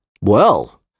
Well